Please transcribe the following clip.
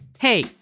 Hey